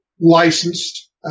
licensed